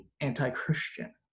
anti-Christian